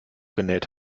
genäht